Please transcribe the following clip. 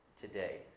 today